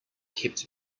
kept